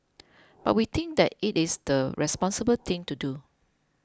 but we think that it is the responsible thing to do